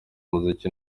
muziki